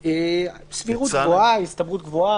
"סבירות גבוהה" או "הסתברות גבוהה"